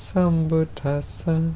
Sambutasa